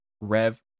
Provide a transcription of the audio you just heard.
Rev